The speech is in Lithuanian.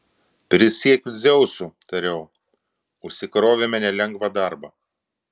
prisiekiu dzeusu tariau užsikrovėme nelengvą darbą